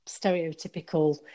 stereotypical